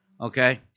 okay